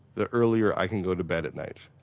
the earlier i can go to bed at night